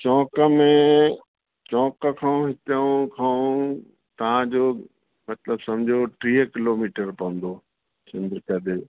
चौंक में चौंक खां हितां खां तव्हांजो मतलबु समुझो टीह किलोमीटर पवंदो समुझो हेॾे